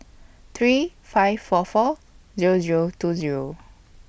three five four four Zero Zero two Zero